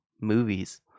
movies